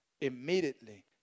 Immediately